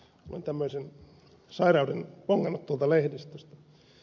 luin tämmöisen sairauden ongelmat tuolta lehdistöstä